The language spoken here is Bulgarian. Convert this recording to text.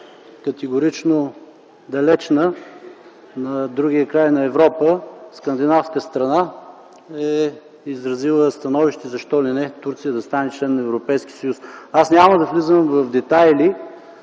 категорично далечна, на другия край на Европа скандинавска страна е изразила становище защо ли не Турция да стане член на Европейския съюз. Аз няма да влизам в детайли